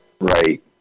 Right